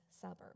suburb